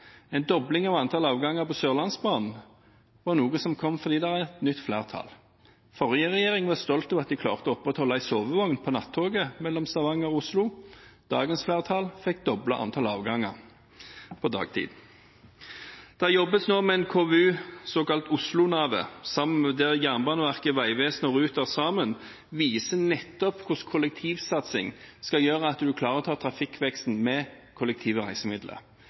En dobling av antall avganger på Sørlandsbanen var noe som kom fordi det er et nytt flertall. Den forrige regjering var stolt av at de klarte å opprettholde en sovevogn på nattoget mellom Stavanger og Oslo. Dagens flertall fikk doblet antall avganger på dagtid. Det jobbes nå med en KVU, såkalt Oslo-Navet, et samarbeid der Jernbaneverket, Vegvesenet og Ruter sammen nettopp viser hvordan kollektivsatsing skal gjøre at du klarer å ta trafikkveksten med kollektive reisemidler.